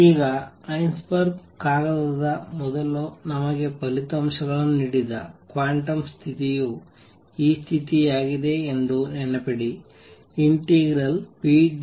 ಈಗ ಹೈಸೆನ್ಬರ್ಗ್ ಕಾಗದದ ಮೊದಲು ನಮಗೆ ಫಲಿತಾಂಶಗಳನ್ನು ನೀಡಿದ ಕ್ವಾಂಟಮ್ ಸ್ಥಿತಿಯು ಈ ಸ್ಥಿತಿಯಾಗಿದೆ ಎಂದು ನೆನಪಿಡಿ ∫pdx nh